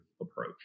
approach